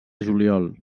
juliol